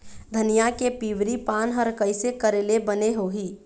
धनिया के पिवरी पान हर कइसे करेले बने होही?